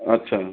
अच्छा